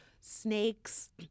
Snakes